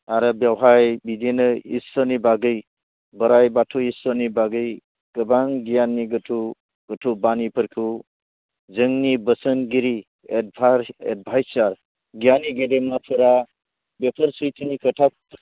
आरो बेवहाय बिदिनो इसोरनि बागौ बोराइ बाथौ इसोरनि बागै गोबां गियाननि गोथौ गोथौ बानिफोरखौ जोंनि बोसोनगिरि एडभाइस एडभाइजार गियाननि गेदेमाफोरा बेफोर सैथोनि खोथा